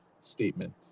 statement